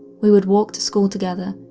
we would walk to school together,